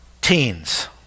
teens